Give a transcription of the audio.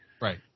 Right